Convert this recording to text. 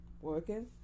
working